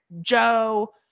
Joe